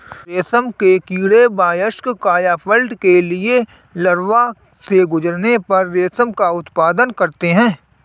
रेशम के कीड़े वयस्क कायापलट के लिए लार्वा से गुजरने पर रेशम का उत्पादन करते हैं